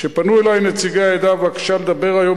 כשפנו אלי נציגי העדה בבקשה לדבר היום